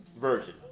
version